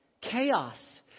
chaos